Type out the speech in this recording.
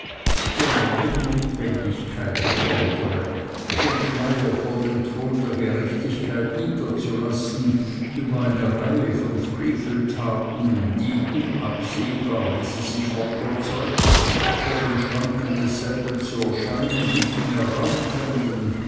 denn wenn notwendigkeit erfordere den schleier vor dem thron der gerechtigkeit niederzulassen über eine reihe von freveltaten die unabsehbar wie sie sich forterzeugt vor den schranken desselben zu erscheinen nicht mehr raum fänden